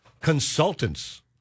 Consultants